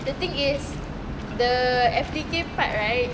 the things is the F_D_K part right